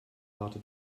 harte